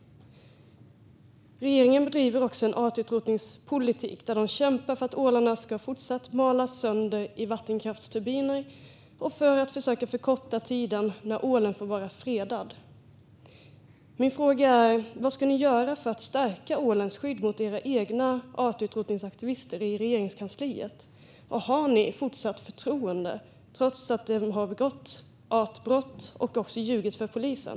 Regeringen bedriver också en artutrotningspolitik, där man kämpar för att ålarna fortsatt ska malas sönder i vattenkraftsturbiner och för att försöka förkorta tiden när ålen får vara fredad. Vad ska ni göra för att stärka ålens skydd mot era egna artutrotningsaktivister i Regeringskansliet? Och har ni fortsatt förtroende för dem trots att en har begått artskyddsbrott och även ljugit för polisen?